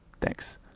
Thanks